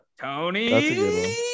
Tony